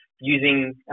using